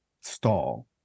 stall